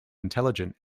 intelligent